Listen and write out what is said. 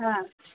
ஆ